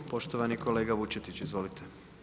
Poštovani kolega Vučetić, izvolite.